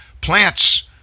plants